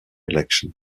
election